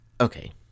okay